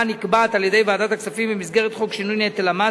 נקבעת על-ידי ועדת הכספים במסגרת חוק שינוי נטל המס.